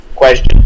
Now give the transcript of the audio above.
question